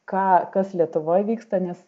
ką kas lietuvoj vyksta nes